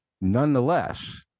nonetheless